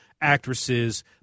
actresses